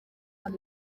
ibi